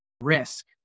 risk